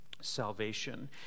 salvation